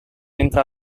entra